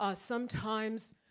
ah sometimes,